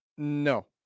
No